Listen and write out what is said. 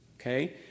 Okay